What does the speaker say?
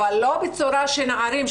אבל לא בצורה שנערים,